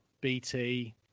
BT